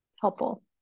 helpful